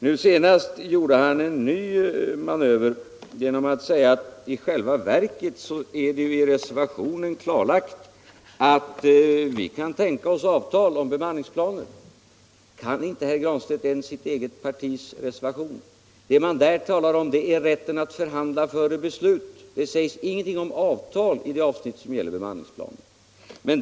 Nu senast gjorde han en ny manöver genom att säga att det i själva verket är klarlagt i reservationen att centern kan tänka sig avtal om bemanningsplaner. Känner inte herr Granstedt ens till sitt eget partis reservation? Det man där talar om är rätten att förhandla före beslut, men det sägs ingenting om avtal i det avsnitt som gäller bemanningsplaner.